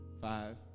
Five